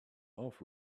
off